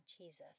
Jesus